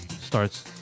starts